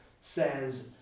says